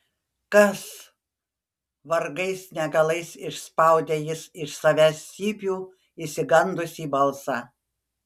kas vargais negalais išspaudė jis iš savęs cypių išsigandusį balsą